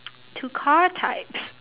to car types